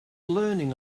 learning